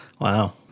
wow